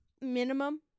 minimum